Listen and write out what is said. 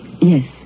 Yes